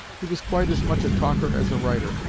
he was quite as much a talker as a writer,